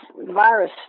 virus